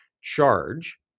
charge